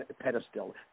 pedestal